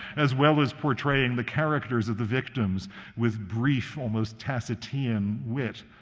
as well as portraying the characters of the victims with brief, almost tacitean wit.